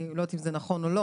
לא יודעת אם זה נכון או לא